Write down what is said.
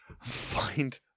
Find